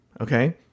Okay